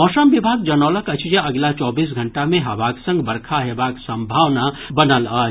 मौसम विभाग जनौलक अछि जे अगिला चौबीस घंटा मे हवाक संग बरखा हेबाक सम्भावना बनल अछि